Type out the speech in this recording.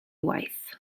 waith